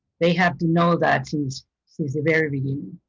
they have to know that since since the very beginning.